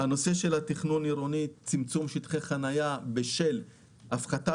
תכנון עירוני צמצום שטחי חנייה בשל הפחתה